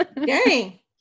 Yay